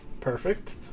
perfect